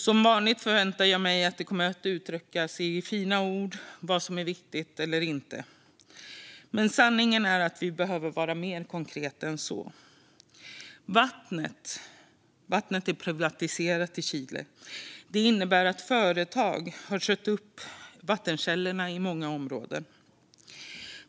Som vanligt förväntar jag mig att det kommer att uttryckas i fina ord vad som är viktigt och inte, men sanningen är att vi behöver vara mer konkreta än så. Vattnet är privatiserat i Chile. Det innebär att företag har köpt upp vattenkällorna i många områden.